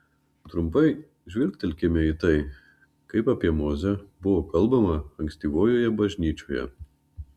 trumpai žvilgtelkime į tai kaip apie mozę buvo kalbama ankstyvojoje bažnyčioje